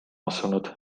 asunud